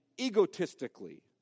egotistically